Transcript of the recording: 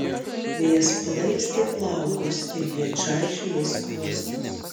vėjas plaikstė plaukus ir jie čaižė jai skruostus